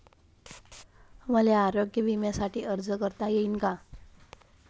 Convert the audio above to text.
मले आरोग्य बिम्यासाठी अर्ज करता येईन का?